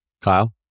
kyle